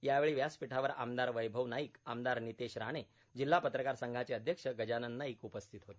यावेळी व्यासपीठावर आमदार वैभव नाईक आमदार नितेश राणे जिल्हा पत्रकार संघाचे अध्यक्ष गजानन नाईक उपस्थित होते